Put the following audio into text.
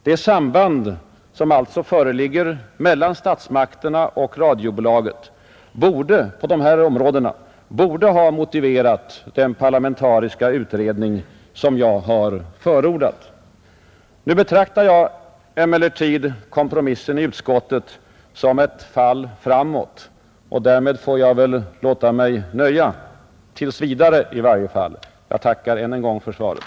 Det samband som alltså föreligger mellan statsmakterna och radiobolaget på dessa områden borde ha motiverat den parlamentariska utredning som jag förordat. Nu betraktar jag emellertid kompromissen i utskottet som ett fall framåt, och därmed får jag väl låta mig nöja — tills vidare i varje fall. Jag tackar än en gång för svaret.